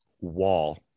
wall